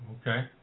okay